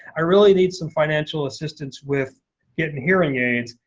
i really need some financial assistance with getting hearing aids,